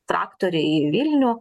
traktoriai į vilnių